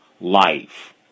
life